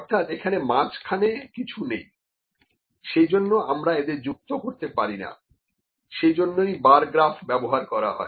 অর্থাৎ এখানে মাঝখানে কিছুই নেই সে জন্য আমরা এদের যুক্ত করতে পারি না সে জন্যই বার গ্রাফ ব্যবহার করা হয়